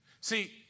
See